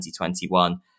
2021